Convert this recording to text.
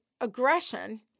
aggression